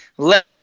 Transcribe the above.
Let